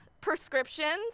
prescriptions